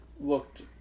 looked